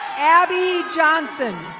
abbey johnson.